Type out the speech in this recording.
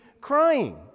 crying